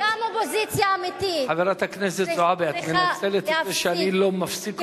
גם אופוזיציה אמיתית צריכה להפסיק,